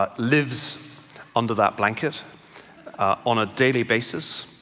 but lives under that blanket on a daily basis.